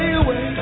away